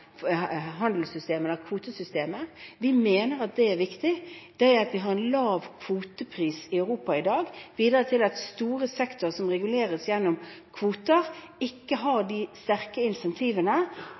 handelssystemet, eller kvotesystemet. Vi mener det er viktig, for det at vi har en lav kvotepris i Europa i dag, bidrar til at store sektorer som reguleres gjennom kvoter, ikke har